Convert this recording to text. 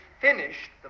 finished